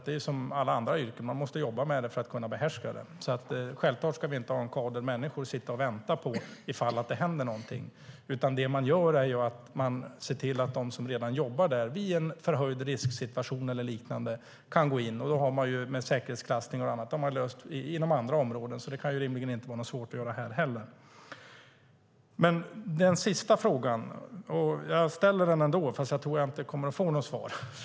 Det är som i alla andra yrken; man måste jobba med yrket för att behärska det. Självklart ska inte en kader människor sitta och vänta på om något händer. De som redan jobbar där ska vid en förhöjd risksituation eller liknande gå in. Sådana frågor har med hjälp av säkerhetsklassning och så vidare lösts inom andra områden. Det kan rimligen inte vara svårt att göra här heller. Jag ställer denna sista fråga ändå, fast jag tror att jag inte kommer att få något svar.